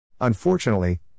Unfortunately